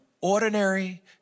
Ordinary